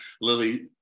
Lily